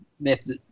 method